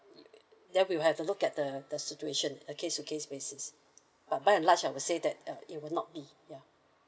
then we'll have to look at the the situation on case to case basis but by and large I would say that uh it would not be ya